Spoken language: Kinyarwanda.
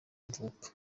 mvuka